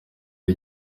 ari